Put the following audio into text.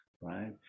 Right